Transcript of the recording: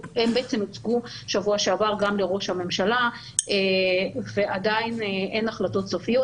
הן הוצגו שבוע שעבר גם לראש הממשלה ועדיין אין החלטות סופיות.